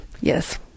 Yes